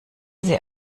sie